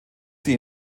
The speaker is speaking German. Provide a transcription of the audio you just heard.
sie